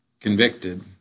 convicted